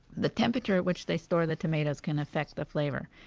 the temperature at which they store the tomatoes can affect the flavor.